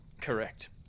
Correct